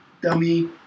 Dummy